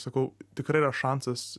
sakau tikrai yra šansas